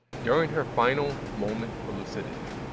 during her final moment of lucidity,